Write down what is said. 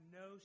no